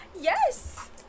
yes